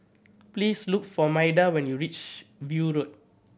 please look for Maida when you reach View Road